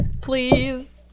Please